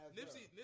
Nipsey